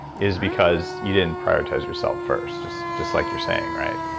is because you didn't prioritize yourself first. just just like you're saying, right?